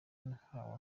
nahawe